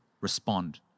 respond